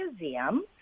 museum